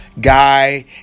guy